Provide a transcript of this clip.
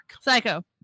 psycho